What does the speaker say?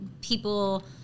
people